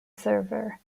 server